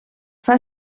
fer